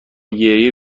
گریه